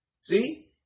See